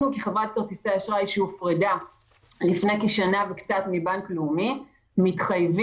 אנחנו כחברת כרטיסי אשראי שהופרדה לפני כשנה וקצת מבנק לאומי מתחייבים,